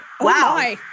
Wow